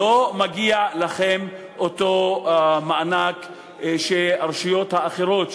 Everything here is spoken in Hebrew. לא מגיע לכם אותו מענק שהרשויות האחרות,